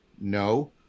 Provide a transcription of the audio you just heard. No